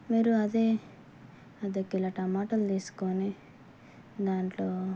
మీరు అదే అర్ధ కిలో టమాటాలు తీసుకుని దాంట్లో